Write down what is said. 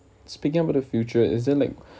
speaking about the future is there like